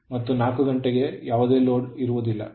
9 ಮತ್ತು 4 ಗಂಟೆ ಯಾವುದೇ ಲೋಡ್ ನಲ್ಲಿಲ್ಲ